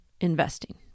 investing